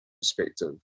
perspective